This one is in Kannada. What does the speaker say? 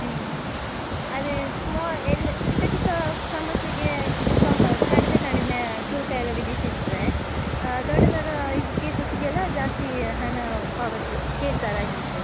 ಹ್ಞೂ ಅದೇ ಸ್ಮಾ ಎಲ್ಲ ಚಿಕ್ಕ ಚಿಕ್ಕ ಸಮಸ್ಯೆಗೆ ಸಮ್ ಕಡಿಮೆ ಕಡಿಮೆ ಶುಲ್ಕ ಎಲ್ಲಾ ವಿಧಿಸಿರ್ತಾರೆ ದೊಡ್ಡ ದೊಡ್ಡ ಇದು ಕೇಸಸ್ಗೆಲ್ಲ ಜಾಸ್ತಿ ಹಣ ಪಾವತಿ ಕೇಳ್ತಾರೆ ಆಗಿರಬೇಕು